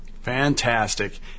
Fantastic